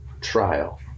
trial